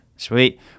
Sweet